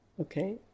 Okay